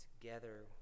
together